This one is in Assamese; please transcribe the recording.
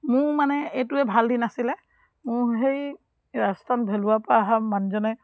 মোৰ মানে এইটোৱে ভাল দিন আছিলে মোৰ সেই ৰাজস্থান ভেলুৰৰপৰা অহা মানুহজনে